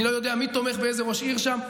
אני לא יודע מי תומך באיזה ראש עיר שם.